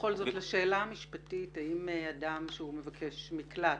ובכל זאת השאלה המשפטית האם אדם הוא מבקש מקלט